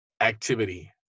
activity